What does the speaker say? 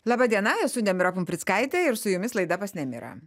laba diena esu nemira pumprickaitė ir su jumis laida pas nemira